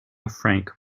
frank